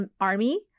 army